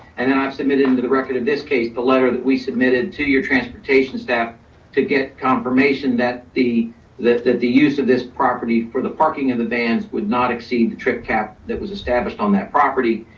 and then i've submitted into the record of this case, the letter that we submitted to your transportation staff to get confirmation that the that that the use of this property for the parking of the bands would not exceed the trip cap that was established on that property.